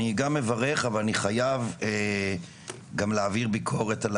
אני גם מברך אבל אני חייב גם להעביר ביקורת על